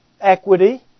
Equity